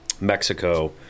mexico